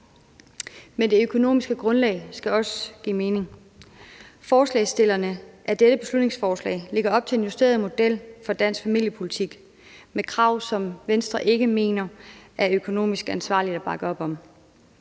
Men det økonomiske grundlag skal også give mening. Forslagsstillerne af dette beslutningsforslag lægger op til en justeret model for dansk familiepolitik med krav, som Venstre ikke mener er økonomisk ansvarlige at bakke op om.